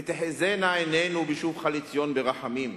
ותחזינה עינינו בשובך לציון ברחמים,